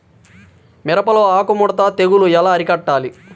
మిరపలో ఆకు ముడత తెగులు ఎలా అరికట్టాలి?